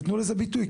יתנו לזה ביטוי.